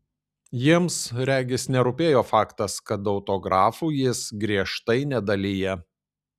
jiems regis nerūpėjo faktas kad autografų jis griežtai nedalija